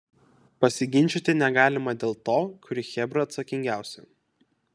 pasiginčyti negalima dėl to kuri chebra atsakingiausia